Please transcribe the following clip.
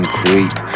creep